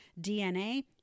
DNA